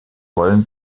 wollen